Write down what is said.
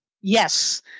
Yes